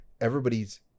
everybody's